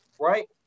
right